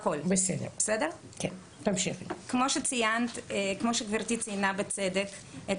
כמו שגברתי ציינה בצדק,